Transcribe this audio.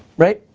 right?